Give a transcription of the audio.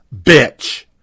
bitch